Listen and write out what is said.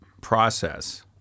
process